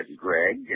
Greg